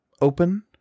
open